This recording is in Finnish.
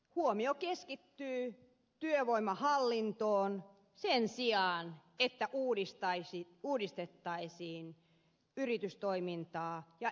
huomio keskittyy työvoimahallintoon sen sijaan että uudistettaisiin yritystoimintaa ja esimerkiksi teollisuuspolitiikkaa